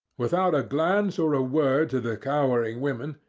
without a glance or a word to the cowering women,